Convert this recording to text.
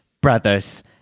brothers